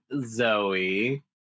Zoe